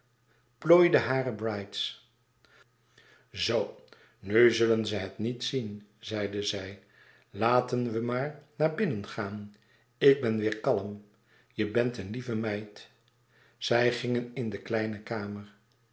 plooide hare brides zoo nu zullen ze het niet zien zeide zij laten we maar naar binnen gaan ik ben weêr kalm je bent een lieve meid zij gingen in de kleine kamer